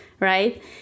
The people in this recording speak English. Right